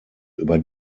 über